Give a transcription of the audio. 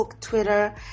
Twitter